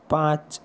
পাঁচ